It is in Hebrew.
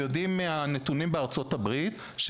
מהנתונים בארצות הברית אנחנו יודעים